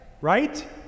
Right